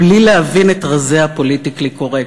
בלי להבין את רזי הפוליטיקלי קורקט.